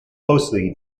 closely